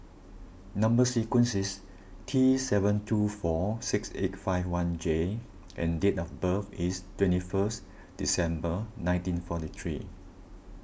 Number Sequence is T seven two four six eight five one J and date of birth is twenty first December nineteen forty three